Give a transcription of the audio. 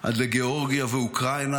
עד לגיאורגיה ואוקראינה,